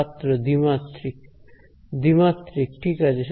ছাত্র দ্বিমাত্রিক দ্বিমাত্রিক ঠিক আছে